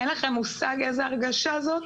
אין לכם מושג איזו הרגשה זאת